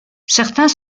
certains